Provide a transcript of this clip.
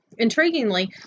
Intriguingly